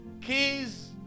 keys